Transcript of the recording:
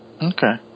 Okay